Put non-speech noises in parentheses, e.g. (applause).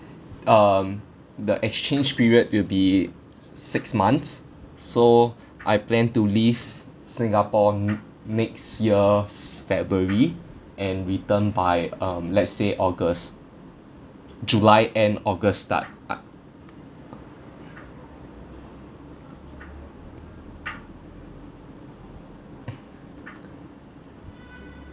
um the exchange period will be six months so I plan to leave singapore n~ next year february and return by um let's say august july end august start I (breath)